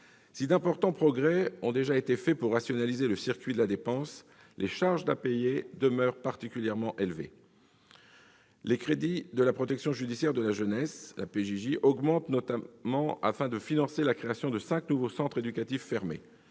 Si d'importants progrès ont déjà été réalisés pour rationaliser le circuit de la dépense, les charges à payer demeurent particulièrement élevées. Les crédits de la protection judiciaire de la jeunesse, la PJJ, augmentent, notamment afin de financer la création de cinq nouveaux centres éducatifs fermés.